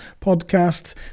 podcast